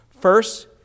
First